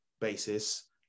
basis